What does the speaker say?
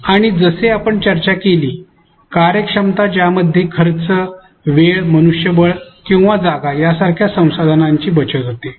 आणि जसे आपण चर्चा केली कार्यक्षमता ज्यामध्ये खर्च वेळ मनुष्यबळ किंवा जागा यासारख्या संसाधनांची बचत होते